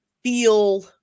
feel